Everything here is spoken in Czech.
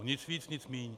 Nic víc, nic míň.